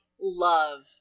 love